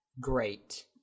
great